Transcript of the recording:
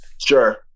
Sure